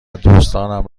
دوستانم